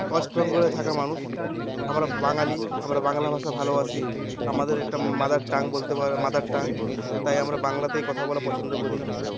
West বেঙ্গলে থাকা মানুষ আমরা বাঙালি আমরা বাংলা ভাষা ভালোবাসি আমাদের একটা মাদার টাং বলতে পার মাদার টাং তাই আমরা বাংলাতেই কথা বলা পছন্দ করি